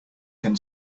can